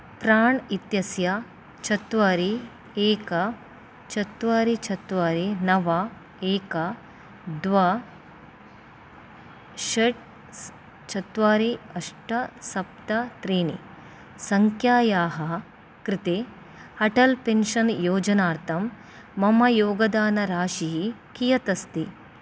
प्राण् इत्यस्य चत्वारि एक चत्वारि चत्वारि नव एक द्वा षट् चत्वारि अष्ट सप्त त्रीणि सङ्ख्यायाः कृते अटल् पेन्शन् योजनार्थं मम योगदानराशिः कियत् अस्ति